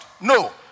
No